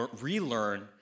relearn